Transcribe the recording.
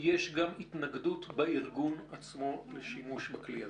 יש גם התנגדות בארגון עצמו לשימוש בכלי הזה.